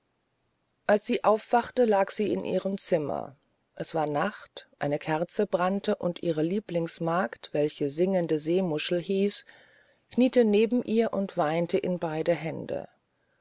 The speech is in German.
als sie aufwachte lag sie in ihrem zimmer es war nacht eine kerze brannte und ihre lieblingsmagd welche singende seemuschel hieß kniete neben ihr und weinte in beide hände